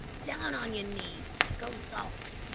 down on yer knees, and go softly.